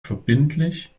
verbindlich